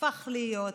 והפך להיות,